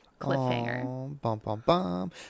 Cliffhanger